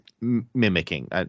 mimicking